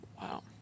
Wow